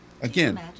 again